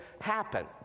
happen